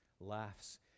laughs